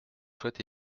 souhaite